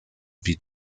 wie